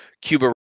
cuba